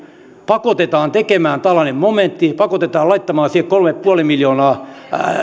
pakotetaan tekemään tällainen momentti pakotetaan laittamaan siihen kolme pilkku viisi miljoonaa